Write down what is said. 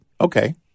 okay